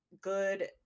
good